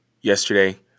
yesterday